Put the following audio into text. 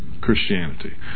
Christianity